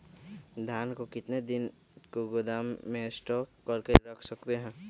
धान को कितने दिन को गोदाम में स्टॉक करके रख सकते हैँ?